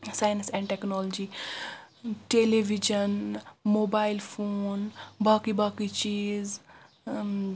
science and technology television mobile phone باقٕے باقٕے چیز